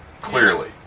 Clearly